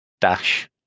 Dash